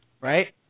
Right